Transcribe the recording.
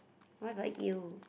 what about you